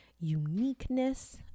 uniqueness